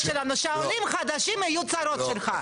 יש לנו שני מיליון אזרחי מדינת ישראל שעברית היא לא שפת האם שלהם,